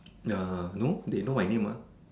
ya no they know my name mah